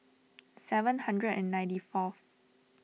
seven hundred and ninety fourth